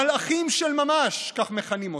מלאכים של ממש, כך מכנים אותם.